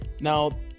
Now